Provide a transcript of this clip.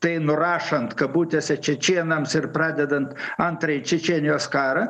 tai nurašant kabutėse čečėnams ir pradedant antrąjį čečėnijos karą